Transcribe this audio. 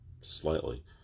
Slightly